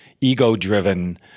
ego-driven